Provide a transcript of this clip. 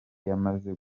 yamaze